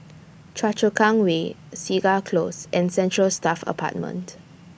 Choa Chu Kang Way Segar Close and Central Staff Apartment